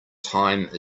time